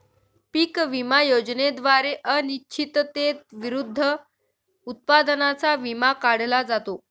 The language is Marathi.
पीक विमा योजनेद्वारे अनिश्चिततेविरुद्ध उत्पादनाचा विमा काढला जातो